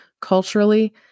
culturally